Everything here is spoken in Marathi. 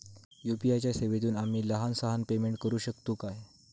यू.पी.आय च्या सेवेतून आम्ही लहान सहान पेमेंट करू शकतू काय?